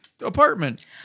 apartment